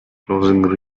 closing